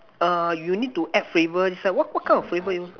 uh you need to add flavour it's like what what kind of flavour you